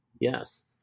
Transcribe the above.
yes